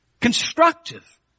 constructive